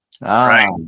right